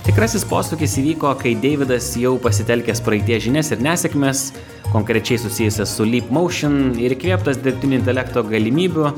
tikrasis posūkis įvyko kai deividas jau pasitelkęs praeities žinias ir nesėkmes konkrečiai susijusias su leap motion ir įkvėptas dirbtinio intelekto galimybių